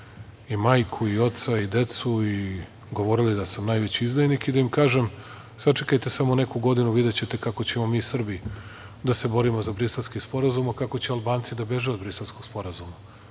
i majku i oca, i decu i govorili da sam najveći izdajnik i da im kažem – sačekajte samo neku godinu, videćete kako ćemo mi Srbi da se borimo za Briselski sporazum, a kako će Albanci da beže od Briselskog sporazuma.